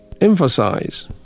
emphasize